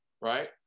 Right